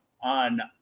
on